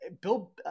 Bill